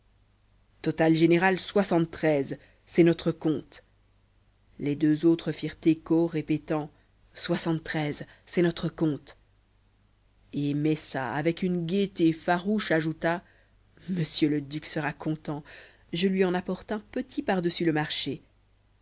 total général soixante-treize c'est notre compte les deux autres firent écho répétant soixante-treize c'est notre compte et messa avec une gaieté farouche ajouta m le duc sera content je lui en apporte un petit par-dessus le marché